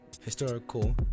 Historical